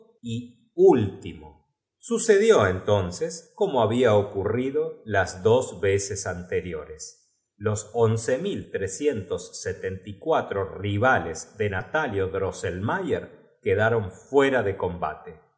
y ültimo sucedió entonces como babia ocurrido las dos veces anteriores los once mil trescientos setenta rivales de natalio drosselmayer quedaron fuera de combate